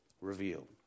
revealed